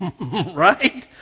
right